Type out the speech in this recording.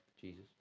Jesus